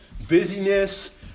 busyness